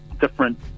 different